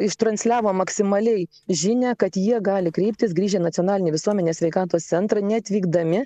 ištransliavom maksimaliai žinią kad jie gali kreiptis grįžę į nacionalinį visuomenės sveikatos centrą neatvykdami